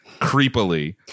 creepily